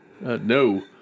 No